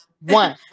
one